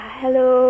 hello